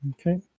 Okay